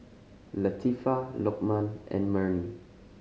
Latifa Lokman and Murni